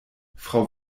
frau